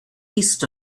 east